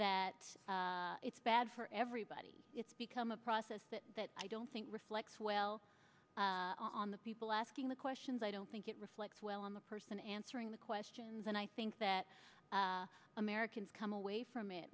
that it's bad for everybody it's become a process that i don't think reflects well on the people asking the questions i don't think it reflects well on the person answering the questions and i think that americans come away from it